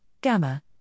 gamma